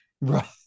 Right